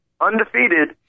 undefeated